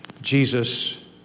Jesus